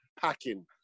packing